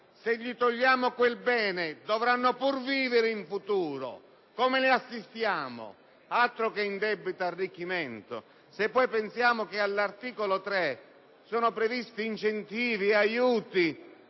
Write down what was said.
se togliamo loro quel bene dovranno pur vivere in futuro! Come li assisteremo? Altro che indebito arricchimento! Se poi pensiamo che all'articolo 3 sono previsti incentivi e aiuti